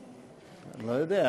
אני לא יודע,